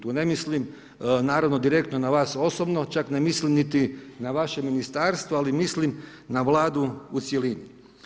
Tu ne mislim naravno direktno na vas osobno, čak ne mislim niti na vaše ministarstvo ali mislim na Vladu u cjelini.